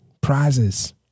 prizes